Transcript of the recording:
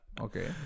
Okay